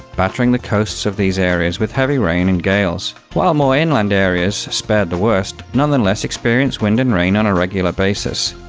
battering the coasts of these areas with heavy rain and gales, while more inland areas, spared the worst, nonetheless experience wind and rain on a regular basis.